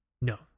No